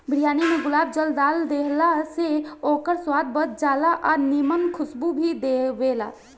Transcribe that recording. बिरयानी में गुलाब जल डाल देहला से ओकर स्वाद बढ़ जाला आ निमन खुशबू भी देबेला